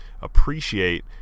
appreciate